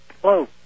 Hello